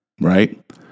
right